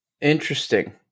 Interesting